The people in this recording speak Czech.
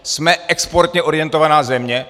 Jsme exportně orientovaná země?